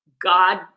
God